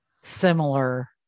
similar